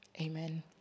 Amen